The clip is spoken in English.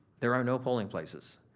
there are no polling places.